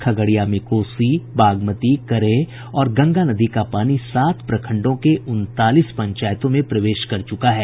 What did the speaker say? खगड़िया में कोसी बागमती करेह और गंगा नदी का पानी सात प्रखंडों के उनतालीस पंचायतों में प्रवेश कर चुका है